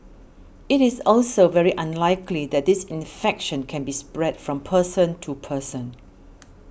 it is also very unlikely that this infection can be spread from person to person